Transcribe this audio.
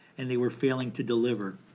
and they were failing to deliver.